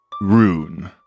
Rune